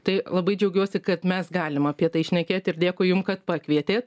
tai labai džiaugiuosi kad mes galim apie tai šnekėt ir dėkui jum kad pakvietė